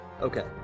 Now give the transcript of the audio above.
okay